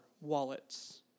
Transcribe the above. wallets